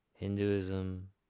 Hinduism